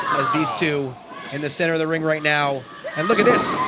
as these two in the center of the ring right now and look at this,